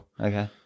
okay